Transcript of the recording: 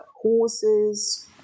horses